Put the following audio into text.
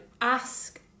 ask